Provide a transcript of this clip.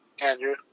Andrew